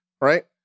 right